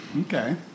Okay